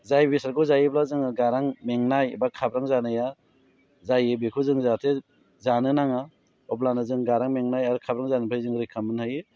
जाय बेसादखौ जायोब्ला जोङो गारां मेंनाय एबा खाब्रां जानाया जायो बेखौ जों जाहाथे जानो नाङा अब्लानो जों गारां मेंनाय आरो खाब्रां जानायनिफ्राय जों रैखा मोननो हायो